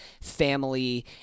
family